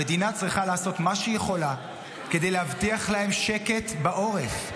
המדינה צריכה לעשות מה שהיא יכולה כדי להבטיח להם שקט בעורף.